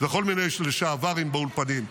וכל מיני לשעברים באולפנים.